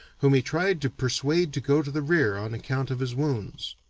whom he tried to persuade to go to the rear on account of his wounds.